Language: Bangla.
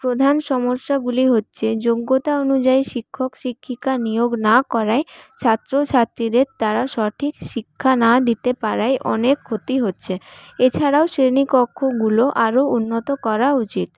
প্রধান সমস্যাগুলি হচ্ছে যোগ্যতা অনুযায়ী শিক্ষক শিক্ষিকা নিয়োগ না করায় ছাত্রছাত্রীদের তারা সঠিক শিক্ষা না দিতে পারায় অনেক ক্ষতি হচ্ছে এছাড়াও শ্রেণীকক্ষগুলো আরও উন্নত করা উচিত